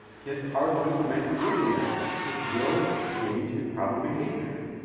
kids are going to make learning errors. kids will engage in problem behaviors.